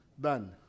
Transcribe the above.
done